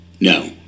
No